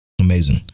Amazing